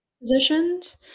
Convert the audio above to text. positions